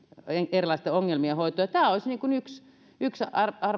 erilaisten ongelmien hoitoon tämä olisi yksi yksi